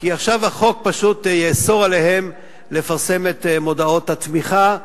כי עכשיו החוק פשוט יאסור עליהם לפרסם את מודעות התמיכה.